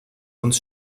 uns